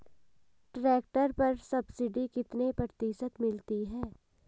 Tractor पर subsidy कितने प्रतिशत मिलती है?